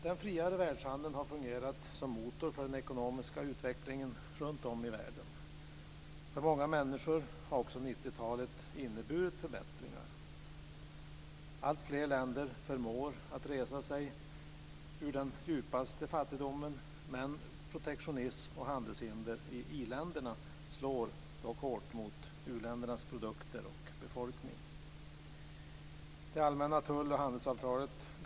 Den friare världshandeln har fungerat som motor för den ekonomiska utvecklingen runtom i världen. För många människor har också 1990-talet inneburit förbättringar. Alltfler länder förmår att resa sig ur den djupaste fattigdomen, men protektionism och handelshinder i i-länderna slår hårt mot u-ländernas produkter och befolkning.